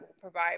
provide